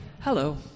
Hello